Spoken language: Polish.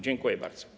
Dziękuję bardzo.